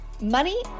Money